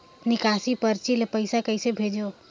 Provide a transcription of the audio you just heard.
निकासी परची ले पईसा कइसे भेजों?